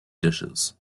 dishes